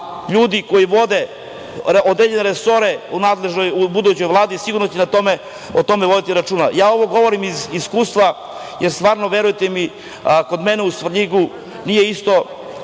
ljudi koji vode određene resore u budućoj Vladi sigurno će o tome voditi računa.O ovome govorim iz iskustva, jer, verujte mi, kod mene u Svrljigu nije isto